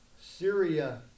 Syria